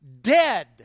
dead